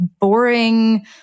boring